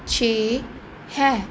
ਛੇ ਹੈ